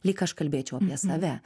lyg aš kalbėčiau apie save